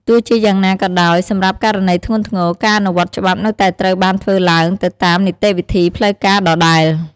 ទោះជាយ៉ាងណាក៏ដោយ សម្រាប់ករណីធ្ងន់ធ្ងរ ការអនុវត្តច្បាប់នៅតែត្រូវបានធ្វើឡើងទៅតាមនីតិវិធីផ្លូវការដដែល។